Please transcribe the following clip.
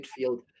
midfield